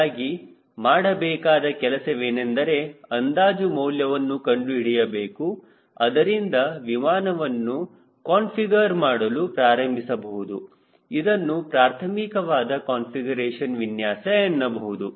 ಹೀಗಾಗಿ ಮಾಡಬೇಕಾದ ಕೆಲಸವೇನೆಂದರೆ ಅಂದಾಜು ಮೌಲ್ಯವನ್ನು ಕಂಡುಹಿಡಿಯಬೇಕು ಅದರಿಂದ ವಿಮಾನವನ್ನು ಕಾನ್ಫಿಗರ್ ಮಾಡಲು ಪ್ರಾರಂಭಿಸಬಹುದು ಇದನ್ನು ಪ್ರಾಥಮಿಕವಾದ ಕಾನ್ಫಿಗರೇಶನ್ ವಿನ್ಯಾಸ ಎನ್ನಬಹುದು